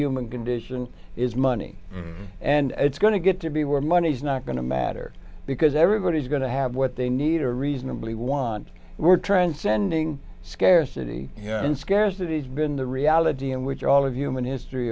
human condition is money and it's going to get to be where money's not going to matter because everybody's going to have what they need a reasonably want we're transcending scarcity and scarcities been the reality in which all of human history